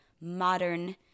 modern